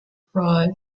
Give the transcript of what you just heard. pride